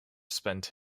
spent